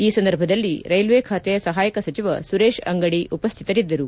ಈ ಸಂದರ್ಭದಲ್ಲಿ ಕ್ಲೆಲ್ಲೆ ಖಾತೆ ಸಹಾಯಕ ಸಚಿವ ಸುರೇಶ್ ಅಂಗಡಿ ಉಪಸ್ಥಿತರಿದ್ದರು